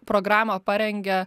programą parengė